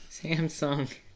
Samsung